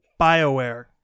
BioWare